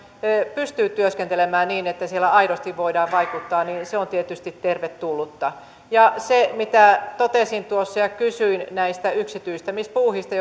pystyy työskentelemään niin että siellä aidosti voidaan vaikuttaa niin se on tietysti tervetullutta ja kun totesin tuossa ja kysyin näistä yksityistämispuuhista